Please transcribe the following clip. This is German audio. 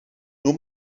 nur